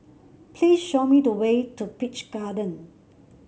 please show me the way to Peach Garden